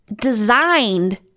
designed